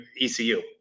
ECU